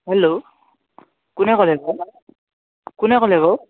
hello কোনে ক'লে কোনে ক'লে বাও